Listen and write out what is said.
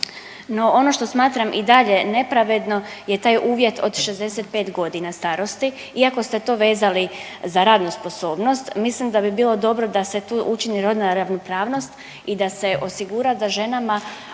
No ono što smatram i dalje nepravedno je taj uvjet od 65.g. starosti, iako ste to vezali za radnu sposobnost mislim da bi bilo dobro da se tu učini rodna ravnopravnost i da se osigura da ženama